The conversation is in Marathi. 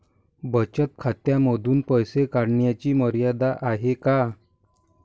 बचत खात्यांमधून पैसे काढण्याची मर्यादा आहे का?